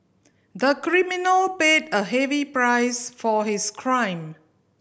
the criminal paid a heavy price for his crime